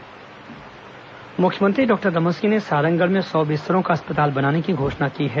विकास यात्रा मुख्यमंत्री डॉक्टर रमन सिंह ने सारंगढ़ में सौ बिस्तरों का अस्पताल बनाने की घोषणा की है